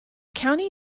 county